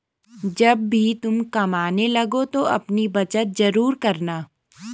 जब भी तुम कमाने लगो तो अपनी बचत जरूर करना